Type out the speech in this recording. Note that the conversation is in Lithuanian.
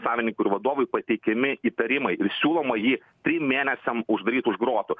savininkui ir vadovui pateikiami įtarimai ir siūloma jį trim mėnesiam uždaryt už grotų